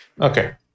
Okay